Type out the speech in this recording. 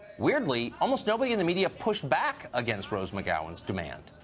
weirdly, almost nobody in the media pushed back against rose mcgowen's demand.